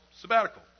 sabbatical